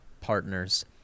partners